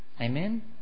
Amen